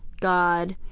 god.